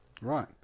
right